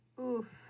Oof